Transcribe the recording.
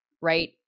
right